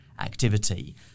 activity